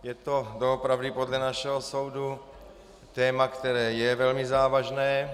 Je to doopravdy podle našeho soudu téma, které je velmi závažné.